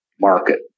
market